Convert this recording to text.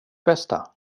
bästa